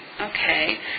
okay